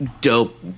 dope